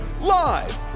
live